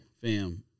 Fam